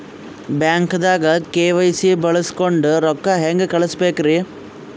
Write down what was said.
ಬ್ಯಾಂಕ್ದಾಗ ಕೆ.ವೈ.ಸಿ ಬಳಸ್ಕೊಂಡ್ ರೊಕ್ಕ ಹೆಂಗ್ ಕಳಸ್ ಬೇಕ್ರಿ?